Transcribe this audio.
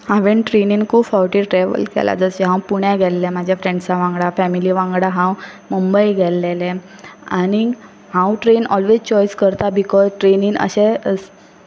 हांवें ट्रेनीन खूब फावटी ट्रॅवल केलां जशें हांव पुण्याक गेल्लें म्हाज्या फ्रँड्सां वांगडा फॅमिली वांगडा हांव मुंबय गेल्लेलें आनीक हांव ट्रेन ऑल्वेझ चॉयस करतां बिकॉज ट्रेनीन अशें